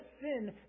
sin